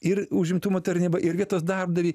ir užimtumo tarnyba ir vietos darbdavį